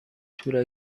تور